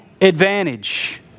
advantage